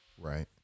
Right